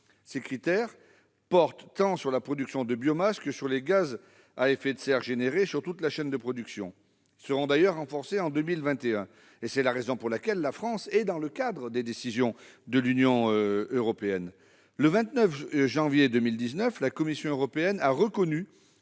Ces critères portent tant sur la production de biomasse que sur les gaz à effet de serre dégagés sur toute la chaîne de production. Ils seront d'ailleurs renforcés en 2021. C'est la raison pour laquelle la France s'inscrit dans le cadre des décisions de l'Union européenne. Le 29 janvier 2019, la Commission européenne a reconnu